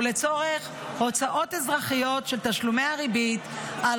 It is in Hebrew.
ולצורך הוצאות אזרחיות של תשלומי הריבית על